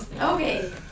Okay